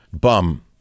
bum